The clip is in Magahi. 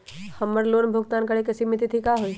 हमर लोन भुगतान करे के सिमित तिथि का हई?